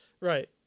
right